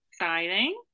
exciting